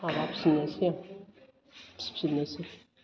माबाफिन्नोसै आं फिफिन्नोसै